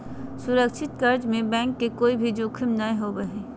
सुरक्षित कर्ज में बैंक के कोय भी जोखिम नय होबो हय